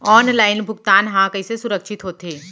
Online भुगतान हा कइसे सुरक्षित होथे?